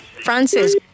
Francis